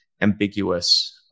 ambiguous